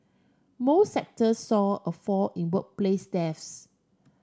most sectors saw a fall in workplace deaths